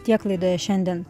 tiek laidoje šiandien